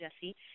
Jesse